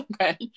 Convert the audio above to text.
Okay